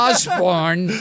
Osborne